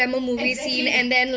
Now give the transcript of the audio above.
exactly